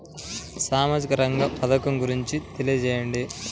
సామాజిక రంగ పథకం గురించి తెలియచేయండి?